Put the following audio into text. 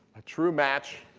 a true match,